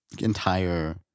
entire